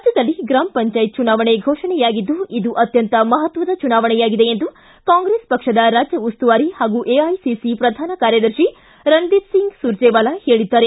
ರಾಜ್ಯದಲ್ಲಿ ಗ್ರಾಮ ಪಂಚಾಯತ್ ಚುನಾವಣೆ ಘೋಷಣೆಯಾಗಿದ್ದು ಇದು ಅತ್ಯಂತ ಮಹತ್ವದ ಚುನಾವಣೆಯಾಗಿದೆ ಎಂದು ಕಾಂಗ್ರೆಸ್ ಪಕ್ಷದ ರಾಜ್ಯ ಉಸ್ತುವಾರಿ ಹಾಗೂ ಎಐಸಿಸಿ ಪ್ರಧಾನ ಕಾರ್ಯದರ್ತಿ ರಣದೀಪ್ ಸಿಂಗ್ ಸುರ್ಜೇವಾಲಾ ಹೇಳಿದ್ದಾರೆ